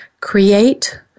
Create